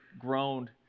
groaned